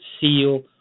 seal